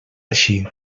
així